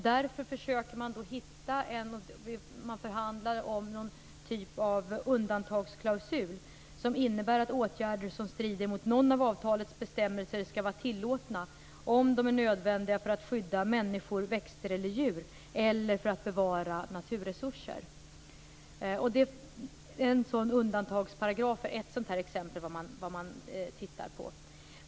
Därför förhandlar man om någon typ av undantagsklausul som innebär att åtgärder som strider mot någon av avtalets bestämmelser skall vara tillåtna om de är nödvändiga för att skydda människor, växter och djur eller för att bevara naturresurser. En sådan undantagsparagraf är ett exempel på vad man tittar på.